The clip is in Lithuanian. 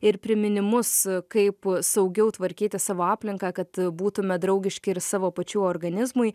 ir priminimus kaip saugiau tvarkyti savo aplinką kad būtume draugiški ir savo pačių organizmui